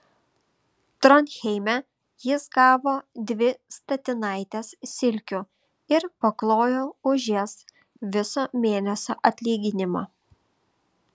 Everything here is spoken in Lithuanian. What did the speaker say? tronheime jis gavo dvi statinaites silkių ir paklojo už jas viso mėnesio atlyginimą